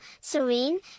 serene